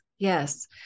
Yes